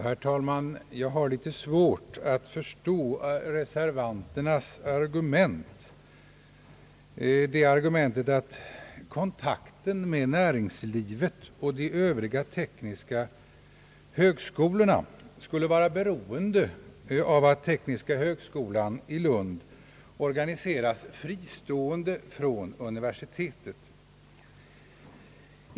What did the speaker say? Herr talman! Jag har litet svårt att förstå reservanternas argument att kontakten med näringslivet och de övriga tekniska högskolorna skulle vara beroende av att tekniska högskolan i Lund organiseras fristående från universitetet.